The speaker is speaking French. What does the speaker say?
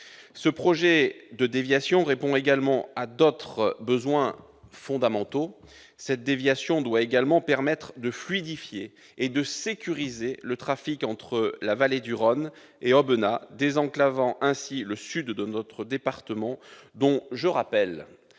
Ce projet répond également à d'autres besoins fondamentaux. La déviation doit permettre de fluidifier et de sécuriser le trafic entre la vallée du Rhône et Aubenas, désenclavant ainsi le sud de ce département, dont je rappelle